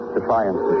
defiance